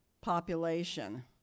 population